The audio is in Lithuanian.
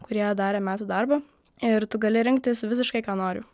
kurie darė metų darbą ir tu gali rinktis visiškai ką nori